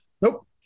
Nope